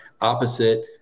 opposite